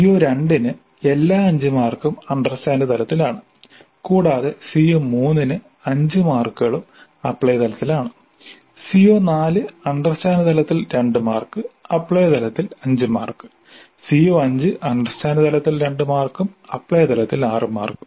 CO2 ന് എല്ലാ 5 മാർക്കും അണ്ടർസ്റ്റാൻഡ് തലത്തിലാണ് കൂടാതെ CO3 ന് 5 മാർക്കുകളും അപ്ലൈ തലത്തിലാണ് CO4 അണ്ടർസ്റ്റാൻഡ് തലത്തിൽ 2 മാർക്ക് അപ്ലൈ തലത്തിൽ 5 മാർക്ക് CO5 അണ്ടർസ്റ്റാൻഡ് തലത്തിൽ 2 മാർക്കും അപ്ലൈ തലത്തിൽ 6 മാർക്കും